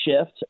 shift